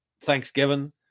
Thanksgiving